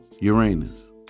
Uranus